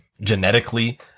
genetically